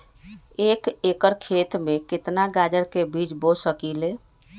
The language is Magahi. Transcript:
एक एकर खेत में केतना गाजर के बीज बो सकीं ले?